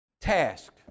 task